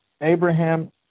Abraham